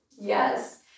Yes